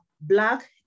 Black